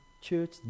church